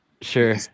Sure